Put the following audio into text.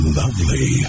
lovely